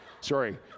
sorry